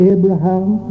Abraham